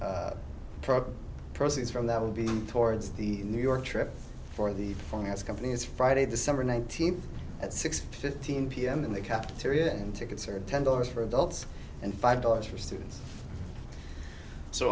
probed proceeds from that will be towards the new york trip for the finance company is friday december nineteenth at six fifteen pm in the cup three and tickets are ten dollars for adults and five dollars for students so